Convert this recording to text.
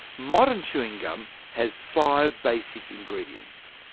modern chewing gum has five basic ingredients.